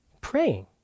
praying